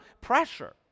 pressure